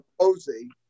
Posey